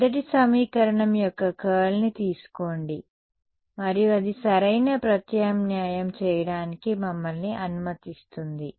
మొదటి సమీకరణం యొక్క కర్ల్ని తీసుకోండి మరియు అది సరైన ప్రత్యామ్నాయం చేయడానికి మమ్మల్ని అనుమతిస్తుంది